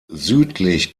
südlich